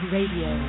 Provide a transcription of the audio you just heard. Radio